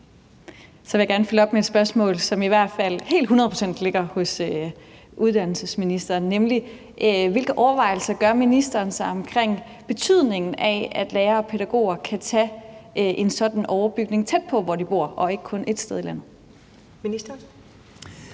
Så vil jeg gerne følge op med et spørgsmål, som i hvert fald et hundrede procent ligger hos uddannelsesministeren. Hvilke overvejelser gør ministeren sig omkring betydningen af, at lærere og pædagoger kan tage en sådan overbygning tæt på, hvor de bor, og ikke kun ét sted i landet? Kl.